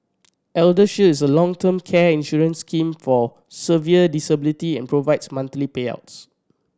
Elder Shield is a long term care insurance scheme for severe disability and provides monthly payouts